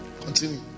continue